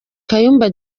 kayumba